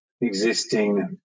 existing